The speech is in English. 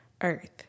earth